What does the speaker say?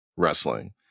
wrestling